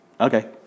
Okay